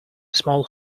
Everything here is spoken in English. small